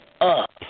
up